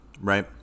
right